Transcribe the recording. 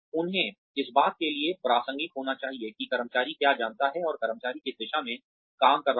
उन्हें इस बात के लिए प्रासंगिक होना चाहिए कि कर्मचारी क्या जानता है और कर्मचारी किस दिशा में काम कर रहा है